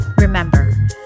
Remember